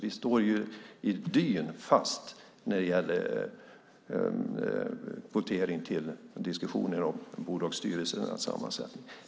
Vi står ju fast i dyn när det gäller kvotering och diskussionen om bolagsstyrelsernas sammansättning.